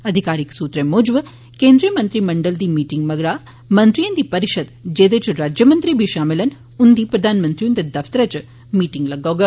अधिकारिक सुत्तरें मुजब केन्द्री मंत्रीमंडल दी मीटिंग मगरा मंत्रिएं दी परिषद जेह्दे च राज्यमंत्री बी शामिल न उंदी प्रधानमंत्री हुंदे दफ्तरै च मीटिंग लग्गोग